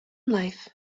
life